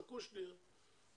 חכו שנייה,